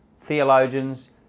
theologians